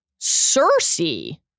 Cersei